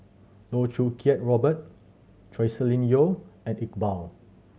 Loh Choo Kiat Robert Joscelin Yeo and Iqbal